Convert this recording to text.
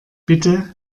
bitte